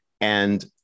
And-